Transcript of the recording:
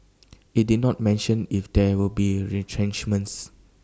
IT did not mention if there will be retrenchments